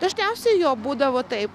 dažniausiai jo būdavo taip